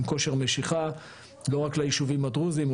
עם כושר משיכה לא רק ליישובים הדרוזיים,